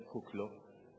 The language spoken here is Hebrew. זקוק לו,